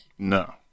No